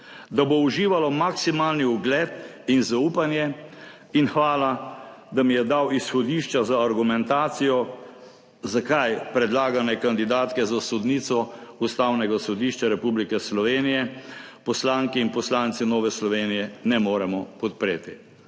da bo uživalo maksimalni ugled in zaupanje. In hvala, da mi je dal izhodišča za argumentacijo, zakaj predlagane kandidatke za sodnico Ustavnega sodišča Republike Slovenije poslanke in poslanci Nove Slovenije ne moremo podpreti.